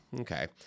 okay